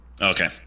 Okay